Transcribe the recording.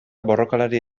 borrokalari